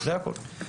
זה הכול.